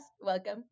Welcome